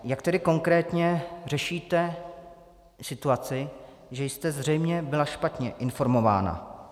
Jak tedy konkrétně řešíte situaci, že jste zřejmě byla špatně informována?